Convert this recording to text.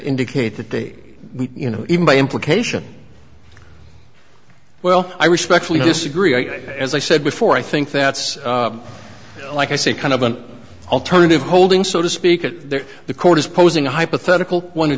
indicate that they you know even by implication well i respectfully disagree as i said before i think that's like i say kind of an alternative holding so to speak at their the court is posing a hypothetical on